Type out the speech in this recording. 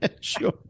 Sure